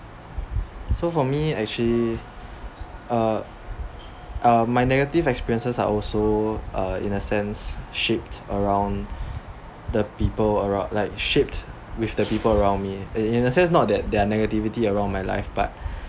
so for me actually uh uh my negative experiences are also uh in the sense shaped around these people around like shaped with the people around me in the sense not that they are negativity around my life but